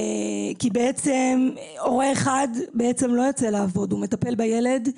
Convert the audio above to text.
כי בעצם, הורה אחד לא יוצא לעבוד, הוא מטפל בילד,